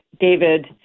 David